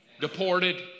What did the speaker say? Deported